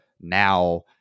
now